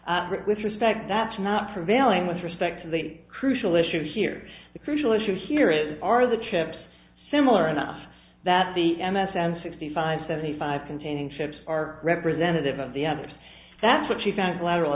respect that's not prevailing with respect to the crucial issue here the crucial issue here is are the chips similar enough that the m s m sixty five seventy five containing chips are representative of the others that's what she found lateral